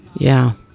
yeah.